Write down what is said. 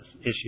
issue